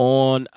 on